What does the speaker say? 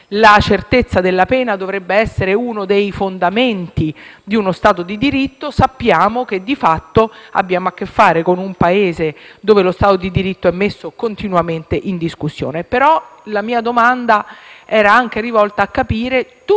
La certezza della pena dovrebbe essere uno dei fondamenti di uno stato di diritto. Sappiamo che, di fatto, abbiamo a che fare con un Paese dove lo stato di diritto è messo continuamente in discussione.